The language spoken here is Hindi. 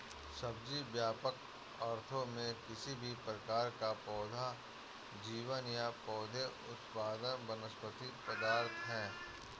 सब्जी, व्यापक अर्थों में, किसी भी प्रकार का पौधा जीवन या पौधे उत्पाद वनस्पति पदार्थ है